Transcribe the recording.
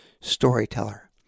storyteller